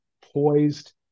poised